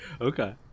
Okay